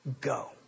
go